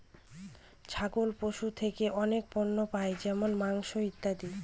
ছাগল পশু থেকে অনেক পণ্য পাই যেমন মাংস, ইত্যাদি